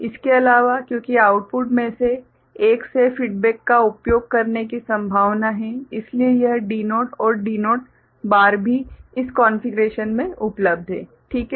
इसके अलावा क्योंकि आउटपुट में से एक से फीडबैक का उपयोग करने की संभावना है इसलिए यह D0 और D0 बार भी इस कॉन्फ़िगरेशन में उपलब्ध है ठीक है